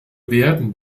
werden